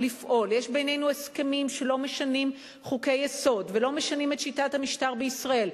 יש בינינו הסכמים שלא משנים חוקי-יסוד ולא משנים את שיטת המשטר בישראל,